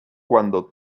cuando